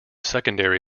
secondary